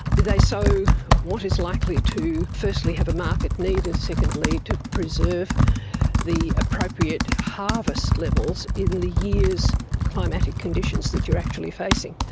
they sow what is likely to firstly have a market need and secondly to preserve the appropriate harvest levels in the year's climatic conditions that you're actually facing.